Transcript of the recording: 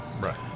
Right